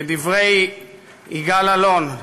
כדברי יגאל אלון,